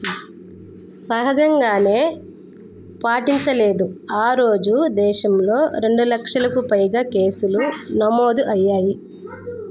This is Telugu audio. సహజంగానే పాటించలేదు ఆ రోజు దేశంలో రెండు లక్షలకు పైగా కేసులు నమోదు అయ్యాయి